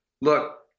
look